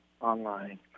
online